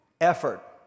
effort